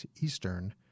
Eastern